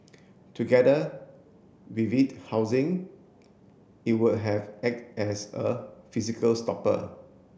together with it housing it would have act as a physical stopper